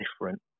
different